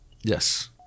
Yes